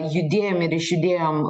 judėjom ir išjudėjom